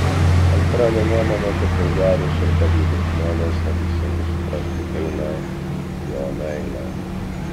alfredo nuomone tik vulgarūs ir pavydūs žmonės neteisingai suprastų kilnią jo meilę